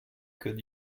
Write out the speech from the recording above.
could